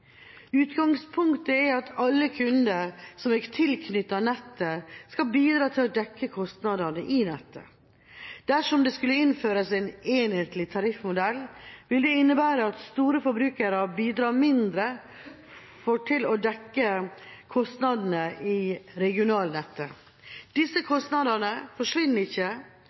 Utgangspunktet er at alle kunder som er tilknyttet nettet, skal bidra til å dekke kostnadene i nettet. Dersom det skulle innføres en enhetlig tariffmodell, vil det innebære at store forbrukere bidrar mindre til å dekke kostnadene i regionalnettet. Disse kostnadene forsvinner ikke,